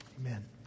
Amen